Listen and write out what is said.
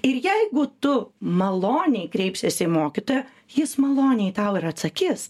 ir jeigu tu maloniai kreipsiesi į mokytoją jis maloniai tau ir atsakys